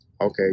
Okay